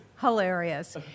hilarious